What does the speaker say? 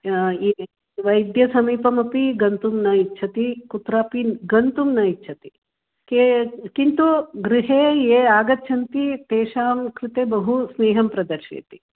वैद्यसमीपमपि गन्तुं न इच्छति कुत्रापि गन्तुं न इच्छति के किन्तु गृहे ये आगच्छन्ति तेषां कृते बहु स्नेहं प्रदर्शयति